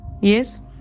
Yes